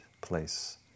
place